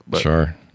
Sure